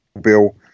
Bill